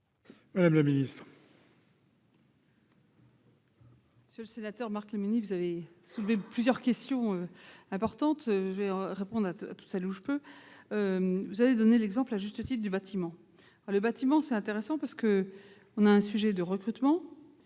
Mme la ministre.